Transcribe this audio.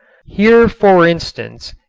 here, for instance,